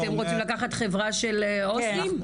אתם רוצים לקחת חברה של עו"סים?